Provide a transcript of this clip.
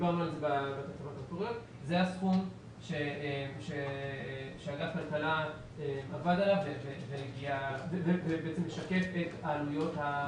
זה הסכום שאגף הכלכלה עבד עליו והוא שקף את העלויות.